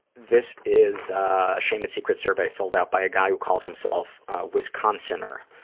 this is a shame and secrets survey filled out by a guy who calls himself wisconsinner,